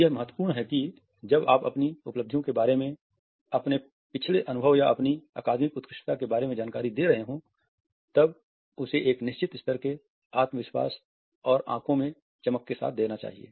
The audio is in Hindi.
यह महत्वपूर्ण है कि जब आप अपनी उपलब्धियों के बारे में अपने पिछले अनुभव या अपनी अकादमिक उत्कृष्टता के बारे में जानकारी दे रहे हों तब उसे एक निश्चित स्तर के आत्मविश्वास और आंखों में चमक के साथ देना चाहिए